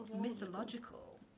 mythological